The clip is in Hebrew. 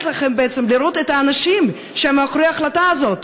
לכם בעצם לראות את האנשים שמאחורי ההחלטה הזאת.